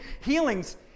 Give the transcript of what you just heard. healings